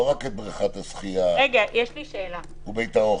לא רק את בריכת השחייה ובית האוכל.